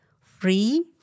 free